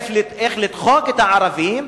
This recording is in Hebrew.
איך לדחוק את הערבים,